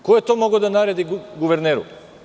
Ko je to mogao da naredi guverneru?